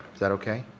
is that okay?